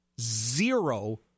zero